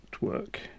work